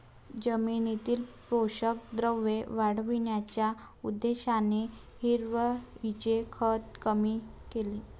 जमिनीतील पोषक द्रव्ये वाढविण्याच्या उद्देशाने हिरवळीचे खत केले जाते